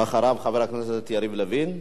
ואחריו, חבר הכנסת יריב לוין.